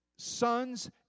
sons